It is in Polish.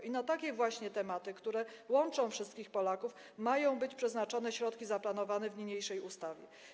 I na takie właśnie tematy, które łączą wszystkich Polaków, mają być przeznaczone środki zaplanowane w niniejszej ustawie.